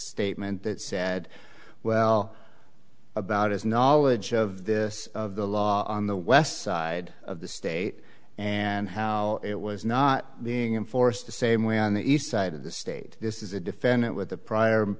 statement that said well about his knowledge of this of the law on the west side of the state and how it was not being enforced the same way on the east side of the state this is a defendant with a prior